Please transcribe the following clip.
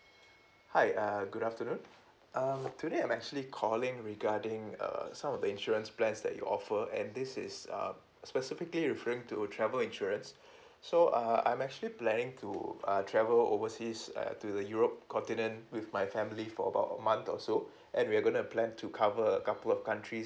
hi uh good afternoon um today I'm actually calling regarding uh some of the insurance plans that you offer and this is um specifically referring to travel insurance so uh I'm actually planning to uh travel overseas err to the europe continent with my family for about a month or so and we're gonna plan to cover a couple of countries